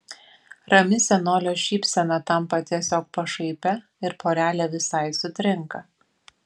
rami senolio šypsena tampa tiesiog pašaipia ir porelė visai sutrinka